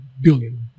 billion